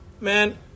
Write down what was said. man